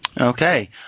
Okay